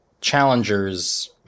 Challengers